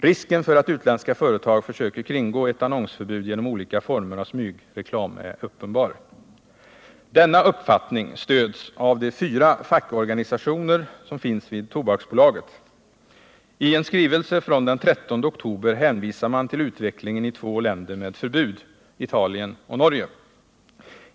Risken för att utländska företag försöker kringgå ett annonsförbud genom olika former av smygreklam är uppenbar. Denna uppfattning stöds av de fyra fackorganisationer som finns vid Tobaksbolaget. I en skrivelse av den 13 oktober hänvisar man till utvecklingen i två länder med förbud — Italien och Norge.